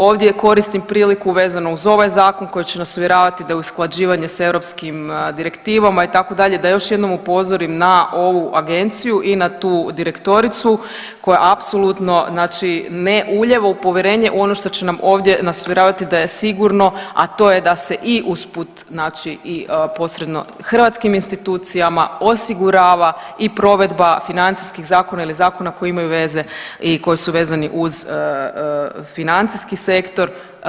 Ovdje koristim priliku vezano uz ovaj zakon koji će nas uvjeravati da je usklađivanje sa europskim direktivama itd. da još jednom upozorim na ovu agenciju i na tu direktoricu koja apsolutno ne ulijeva povjerenje u ono što će nas ovdje uvjeravati da je sigurno, a to je da se usput i posredno hrvatskim institucijama osigurava i provedba financijskih zakona ili zakona koji imaju veze i koji su vezani uz financijski sektor.